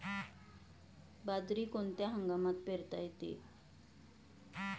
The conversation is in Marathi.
बाजरी कोणत्या हंगामात पेरता येते?